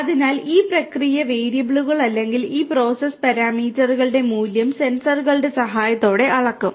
അതിനാൽ ഈ പ്രക്രിയ വേരിയബിളുകൾ അല്ലെങ്കിൽ ഈ പ്രോസസ്സ് പാരാമീറ്ററുകളുടെ മൂല്യങ്ങൾ സെൻസറുകളുടെ സഹായത്തോടെ അളക്കും